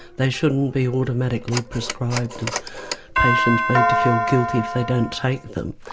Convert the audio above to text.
they shouldn't be automatically prescribed and patients made to feel guilty if they don't take them.